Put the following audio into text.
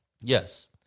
Yes